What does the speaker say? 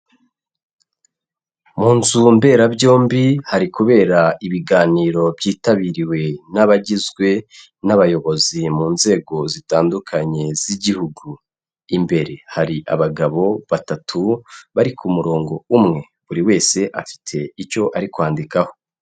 Munzu mberabyombi hari kubera ibiganiro byitabiriwe n'abagizwe n'abayobozi mu nzego zitandukanye z'igihugu imbere hari abagabo batatu bari ku murongo umwe buri wese afite icyo ari kwandikaho.